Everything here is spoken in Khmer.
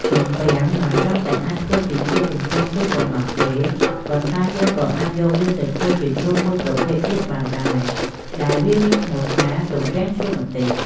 ទំំពាំងមិនត្រឹមតែអាចធ្វើជាជ្រក់ទំពាំងជូរប៉ុណ្ណោះទេ ប៉ុន្តែយើងក៏អាចយកវាទៅធ្វើជាជ្រក់មួយប្រភេទទៀតបានដែរ ដែលវាមានឈ្មោះថា ទំពាំងជ្រក់ម្ទេស។